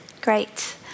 Great